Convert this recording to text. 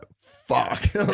fuck